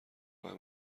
راه